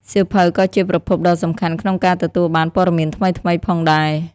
សៀវភៅក៏ជាប្រភពដ៏សំខាន់ក្នុងការទទួលបាន ព័ត៌មានថ្មីៗ ផងដែរ។